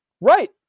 right